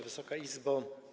Wysoka Izbo!